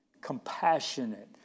compassionate